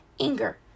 anger